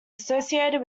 associated